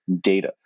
data